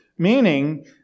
meaning